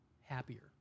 happier